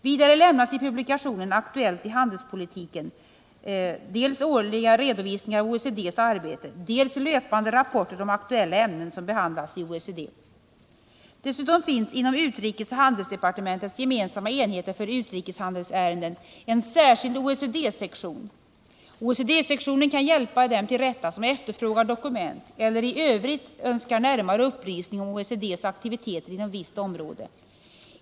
Vidare lämnas i publikationen Aktuellt i handelspolitiken dels årliga redovisningar av OECD:s arbete, dels löpande rapporter om aktuella ämnen som behandlas i OECD. Dessutom finns inom utrikesoch handelsdepartementens gemensamma enheter för utrikeshandelsärenden en särskild OECD-sektion. OECD sektionen kan hjälpa dem till rätta, som efterfrågar dokument eller i övrigt önskar närmare upplysning om OECD:s aktiviteter inom visst område.